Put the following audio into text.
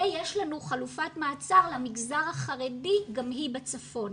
ויש לנו חלופת מעצר למגזר החרדי, גם היא בצפון.